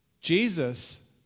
Jesus